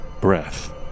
breath